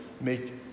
make